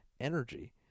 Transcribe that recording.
energy